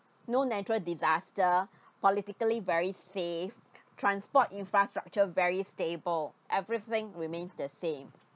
no natural disaster politically very safe transport infrastructure very stable everything remained the same